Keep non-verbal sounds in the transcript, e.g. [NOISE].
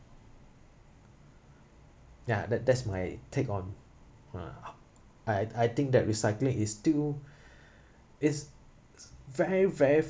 ya that that's my take on uh [NOISE] I I think that recycling is still [BREATH] it's s~ very very